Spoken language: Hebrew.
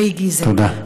תודה.